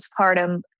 postpartum